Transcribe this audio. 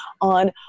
on